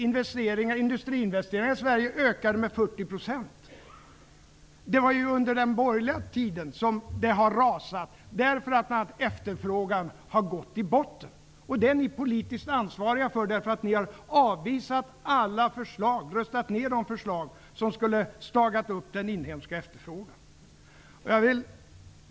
Industriinvesteringarna i Sverige ökade med 40 %. Det är under den borgerliga tiden som det har rasat, därför att efterfrågan har gått i botten. Detta är ni politiskt ansvariga för, därför att ni har röstat ner de förslag som skulle ha stagat upp den inhemska efterfrågan.